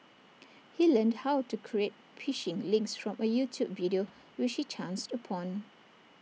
he learned how to create phishing links from A YouTube video which he chanced upon